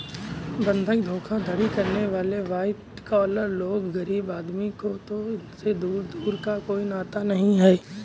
बंधक धोखाधड़ी करने वाले वाइट कॉलर लोग हैं गरीब आदमी का तो इनसे दूर दूर का कोई नाता नहीं है